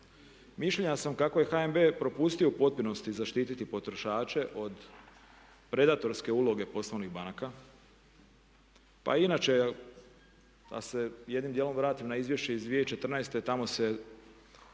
Mišljenja sam kako je HNB propustio u potpunosti zaštiti potrošače od predatorske uloge poslovnih banaka. Pa i inače, da se jednim dijelom vratim na izvješće iz 2014., tamo se